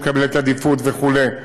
שמקבלת עדיפות וכו'.